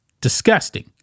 Disgusting